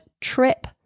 trip